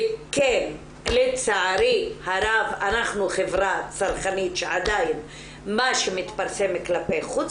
וכן לצערי הרב אנחנו חברה צרכנית שעדיין מה שמתפרסם כלפי חוץ